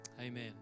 Amen